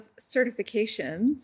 certifications